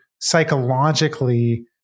psychologically